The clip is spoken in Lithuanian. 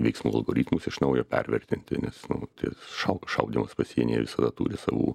veiksmų algoritmus iš naujo pervertinti nes tie šau šaudymas pasienyje visada turi savų